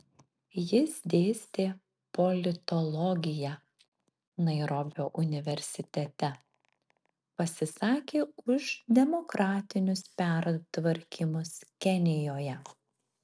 jis dėstė politologiją nairobio universitete pasisakė už demokratinius pertvarkymus kenijoje